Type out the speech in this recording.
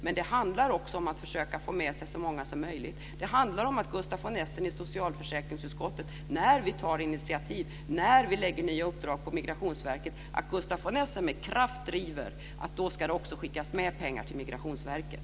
Men det handlar också om att försöka få med sig så många som möjligt. Det handlar om att Gustaf von Essen i socialförsäkringsutskottet, när vi tar initiativ, när vi lägger nya uppdrag på Migrationsverket, med kraft driver att det också ska skickas mer pengar till Migrationsverket.